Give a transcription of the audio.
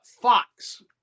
Fox